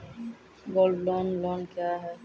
Gold loan loan क्या हैं?